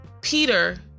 Peter